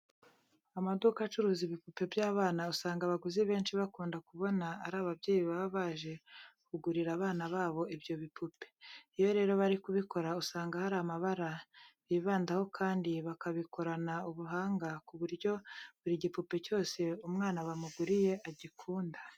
Amaduka acuruza ibipupe by'abana usanga abaguzi benshi bakunda kubona ari ababyeyi baba baje kugurira abana babo ibyo bipupe. Iyo rero bari kubikora usanga hari amabara bibandaho kandi bakabikorana ubuhanga ku buryo buri gipupe cyose umwana bamuguriye agikunda.